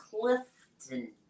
Clifton